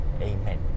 Amen